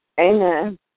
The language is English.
Amen